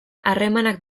harremanak